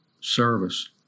service